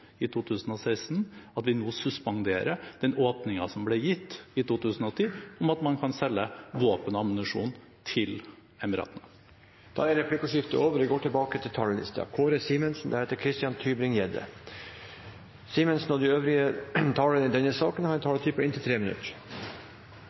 i 2016 at vi nå suspenderer den åpningen som ble gitt i 2010 for at man kan selge våpen